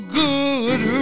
good